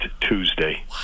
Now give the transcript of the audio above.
Tuesday